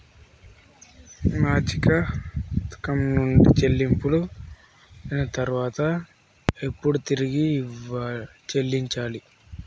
సామాజిక పథకం నుండి చెల్లింపులు పొందిన తర్వాత ఎప్పుడు తిరిగి చెల్లించాలి?